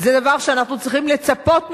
זה דבר שאנחנו צריכים לצפות מהם,